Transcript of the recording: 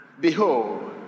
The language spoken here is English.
behold